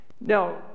Now